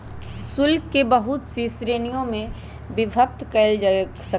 शुल्क के बहुत सी श्रीणिय में विभक्त कइल जा सकले है